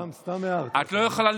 סתם, סתם הערת עכשיו.